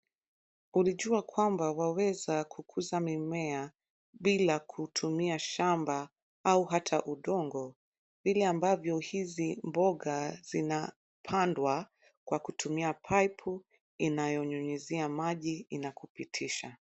Ulijua kwamba waweza kukuza mimea bila kutumia shamba au hata udongo vile ambavyo hizi mboga zinapandwa kwa kutumia pipe inayonyunyizia maji bila kupitisha.